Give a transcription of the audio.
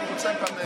ואני רוצה לדבר,